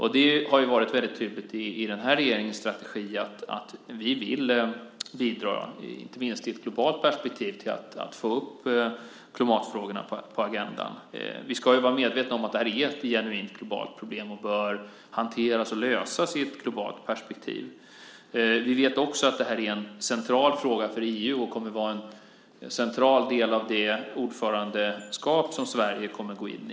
I den här regeringens strategi har det varit väldigt tydligt att vi vill bidra, inte minst i ett globalt perspektiv, till att få upp klimatfrågorna på agendan. Vi ska vara medvetna om att detta är ett genuint globalt problem och bör hanteras och lösas i ett globalt perspektiv. Vi vet också att detta är en central fråga för EU och kommer att vara en central del av det ordförandeskap som Sverige kommer att gå in i.